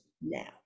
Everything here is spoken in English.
now